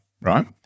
right